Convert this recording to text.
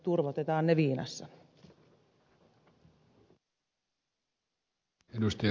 turvotetaan ne viinassa